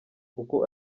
kuko